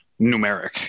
numeric